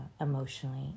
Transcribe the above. emotionally